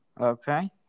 Okay